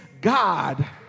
God